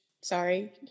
sorry